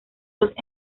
dos